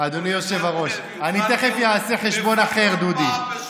שכל אחד מהם יטוס לפחות אחת לשבועיים?